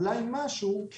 אולי משהו,